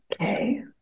Okay